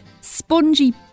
spongy